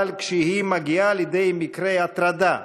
אבל כשהיא מגיעה לידי מקרי הטרדה,